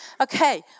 Okay